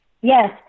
Yes